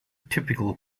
typical